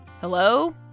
Hello